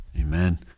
Amen